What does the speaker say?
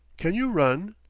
can you run?